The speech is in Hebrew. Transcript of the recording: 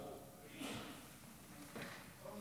סעיפים